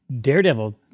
Daredevil